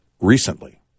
Recently